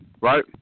right